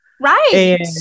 Right